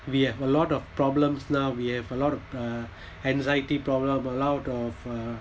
we have a lot of problems now we have a lot of uh anxiety problem a lot of uh